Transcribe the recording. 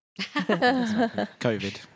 COVID